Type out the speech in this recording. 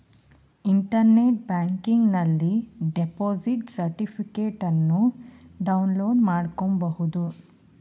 internet ಬ್ಯಾಂಕಿಂಗನಲ್ಲಿ deposit ಸರ್ಟಿಫಿಕೇಟನ್ನು download ಮಾಡ್ಕೋಬಹುದು